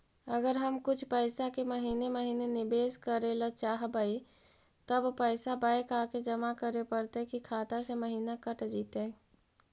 अगर हम कुछ पैसा के महिने महिने निबेस करे ल चाहबइ तब पैसा बैक आके जमा करे पड़तै कि खाता से महिना कट जितै?